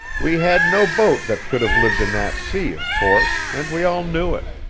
we had no boat that could have lived in that sea, of course, and we all knew it.